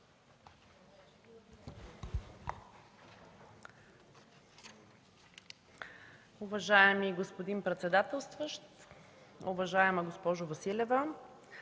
Уважаеми господин председателстващ, уважаема госпожо Василева,